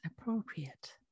appropriate